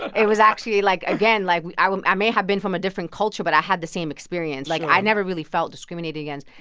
it was actually like again, like, i i may have been from a different culture, but i had the same experience. like, i never really felt discriminated against.